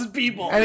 people